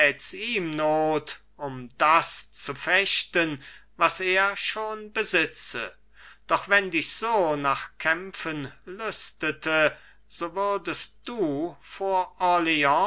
um das zu fechten was er schon besitze doch wenn dich so nach kämpfen lüstete so würdest du vor